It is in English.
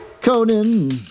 Conan